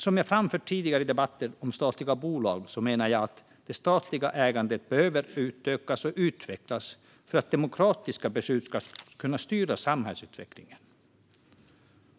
Som jag framfört tidigare i debatter om statliga bolag menar jag att det statliga ägandet behöver utökas och utvecklas för att demokratiska beslut ska kunna styra samhällsutvecklingen.